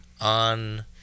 on